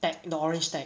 techno~ orange tag